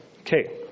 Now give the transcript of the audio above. Okay